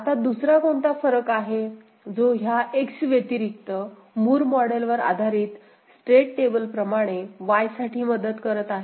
आता दुसरा कोणता फरक आहे जो ह्या X व्यतिरिक्त मूर मॉडेल वर आधारित स्टेट टेबल प्रमाणे Y साठी मदत करत आहे